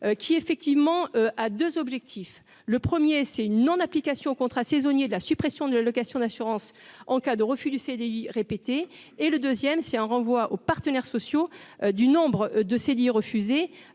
qui effectivement a 2 objectifs : le 1er c'est une non application contrat saisonnier de la suppression de l'allocation d'assurance en cas de refus du CDI répéter et le deuxième si un renvoi aux partenaires sociaux, du nombre de ces 10 refusé